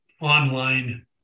online